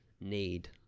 need